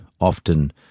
often